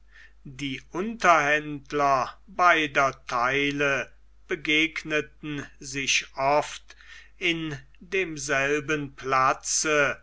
die unterhändler beider theile begegneten sich oft in demselben platze